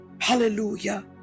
Hallelujah